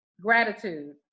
Gratitude